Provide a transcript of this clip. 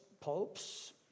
popes